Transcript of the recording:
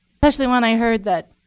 especially when i heard that,